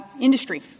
industry